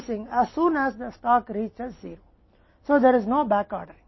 इसलिए जैसे ही स्टॉक 0 पर पहुंचता है हमने उत्पादन करना शुरू कर दिया है इसलिए कोई बैक ऑर्डर नहीं है